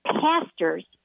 pastors